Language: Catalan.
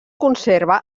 conserva